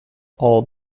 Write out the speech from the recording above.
all